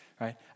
Right